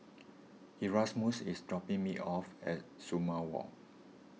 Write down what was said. Erasmus is dropping me off at Sumang Walk